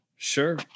sure